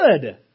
good